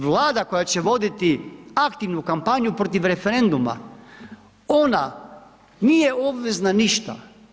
Vlada koja će voditi aktivnu kampanju protiv referenduma, ona nije obvezna ništa.